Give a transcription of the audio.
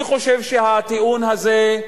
אני חושב שהטיעון הזה,